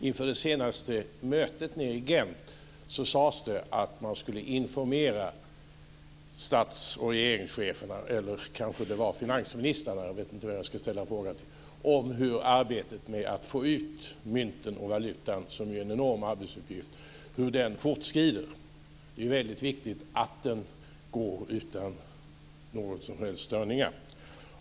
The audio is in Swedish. Inför det senaste mötet nere i Gent sades det att man skulle informera statsoch regeringscheferna, eller finansministrarna - jag vet inte vem ska ställa frågan till - om hur arbetet med att få ut mynten och valutan fortskrider. Det är en enorm arbetsuppgift. Det är väldigt viktigt att det går utan några som helst störningar.